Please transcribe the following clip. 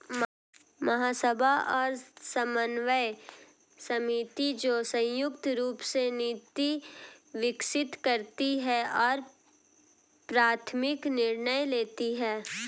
महासभा और समन्वय समिति, जो संयुक्त रूप से नीति विकसित करती है और प्राथमिक निर्णय लेती है